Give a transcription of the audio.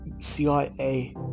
CIA